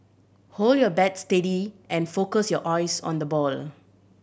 hold your bat steady and focus your eyes on the ball